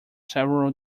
several